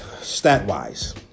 stat-wise